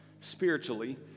spiritually